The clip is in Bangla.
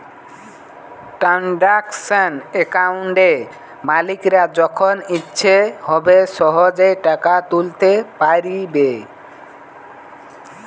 ট্রানসাকশান অ্যাকাউন্টে মালিকরা যখন ইচ্ছে হবে সহেজে টাকা তুলতে পাইরবে